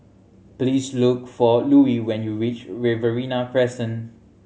please look for Louie when you reach Riverina Crescent